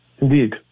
Indeed